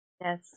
Yes